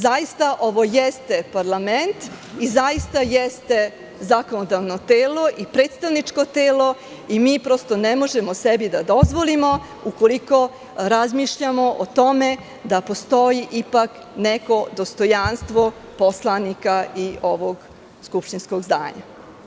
Zaista, ovo jeste parlament i zaista jeste zakonodavno telo i predstavničko telo i mi prosto ne možemo sebi da dozvolimo ukoliko razmišljamo o tome da postoji ipak neko dostojanstvo poslanika i ovog skupštinskog zdanja.